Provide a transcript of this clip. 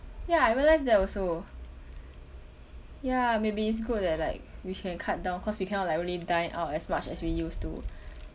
ya I realised that also ya maybe is good that like we can cut down cause we cannot like only dine out as much as we used to